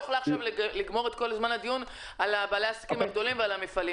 עכשיו לגמור את כל זמן הדיון על בעלי העסקים הגדולים ועל המפעלים.